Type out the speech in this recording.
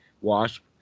wasp